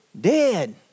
dead